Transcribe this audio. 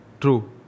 true